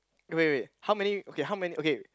wait wait wait how many okay how many okay